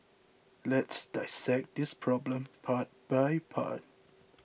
let's dissect this problem part by part